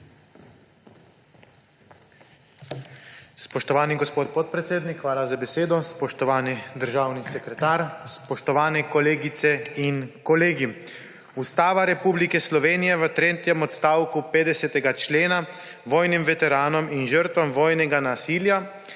Spoštovani gospod, podpredsednik, hvala za besedo. Spoštovani državni sekretar, spoštovani kolegice in kolegi! Ustava Republike Slovenije v tretjem odstavku 50. člena vojnim veteranom in žrtvam vojnega nasilja